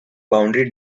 boundary